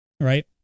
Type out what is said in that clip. right